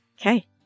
Okay